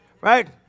right